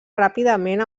ràpidament